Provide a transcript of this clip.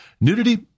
Nudity